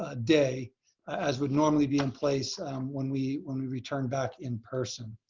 ah day as would normally be in place when we when we return back in person.